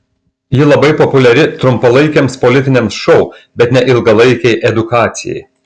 ji labai populiari trumpalaikiams politiniams šou bet ne ilgalaikei edukacijai